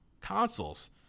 consoles